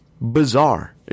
bizarre